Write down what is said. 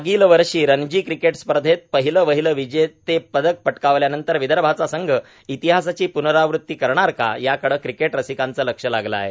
मागील वर्षी रणजी क्रिकेट स्पर्धंत पहिल वहिलं विजेते पदक पटकावल्यानंतर विदर्भाचा संघ इतिहासाची पूर्नरावृत्ती करणार का याकडं क्रिकेट रसिकांचं लक्ष लागलं आहे